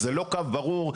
זה לא קו ברור.